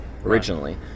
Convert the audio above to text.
originally